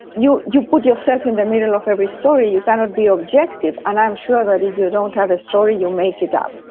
you you put yourself in the middle of every story. you cannot be objective. and i am sure that if you don't have a story, you'll make it up.